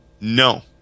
No